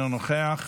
אינו נוכח,